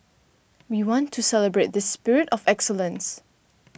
we want to celebrate this spirit of excellence